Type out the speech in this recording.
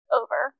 over